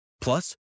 Plus